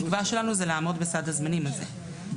התקווה שלנו היא לעמוד בסד הזמנים הזה.